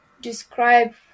describe